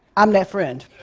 i'm that friend.